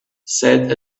said